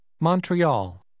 Montreal